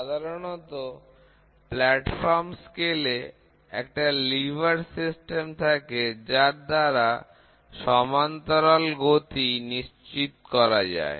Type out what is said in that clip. সাধারণত platform scale এ একটা লিভার সিস্টেম থাকে যার দ্বারা সমান্তরাল গতি নিশ্চিত করা যায়